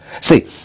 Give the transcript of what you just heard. See